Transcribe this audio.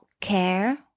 care